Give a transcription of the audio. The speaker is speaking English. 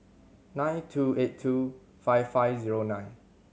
nine two eight two five five zero nine